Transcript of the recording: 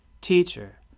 Teacher